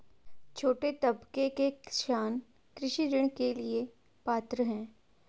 छोटे तबके के किसान कृषि ऋण के लिए पात्र हैं?